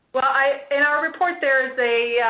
well, in our report there is a,